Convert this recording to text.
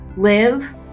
live